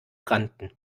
rannten